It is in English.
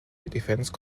defense